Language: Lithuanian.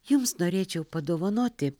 jums norėčiau padovanoti